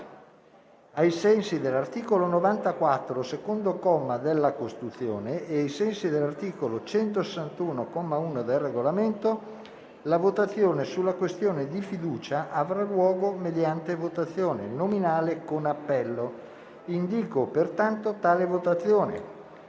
ai sensi dell'articolo 94, secondo comma, della Costituzione e ai sensi dell'articolo 161, comma 1, del Regolamento, la votazione sulla questione di fiducia avrà luogo mediante votazione nominale con appello. Come stabilito dalla Conferenza